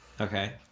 Okay